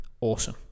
Awesome